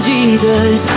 Jesus